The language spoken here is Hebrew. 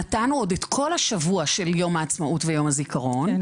נתנו עוד את כל השבוע של יום העצמאות ויום הזיכרון --- כן,